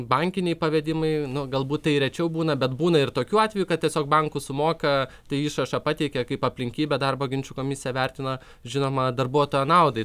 bankiniai pavedimai nu galbūt tai rečiau būna bet būna ir tokių atvejų kad tiesiog banku sumoka tai išrašą pateikia kaip aplinkybę darbo ginčų komisija vertina žinoma darbuotojo naudai